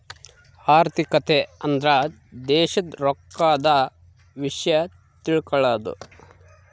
ಆರ್ಥಿಕತೆ ಅಂದ್ರ ದೇಶದ್ ರೊಕ್ಕದ ವಿಷ್ಯ ತಿಳಕನದು